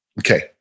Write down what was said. Okay